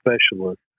specialist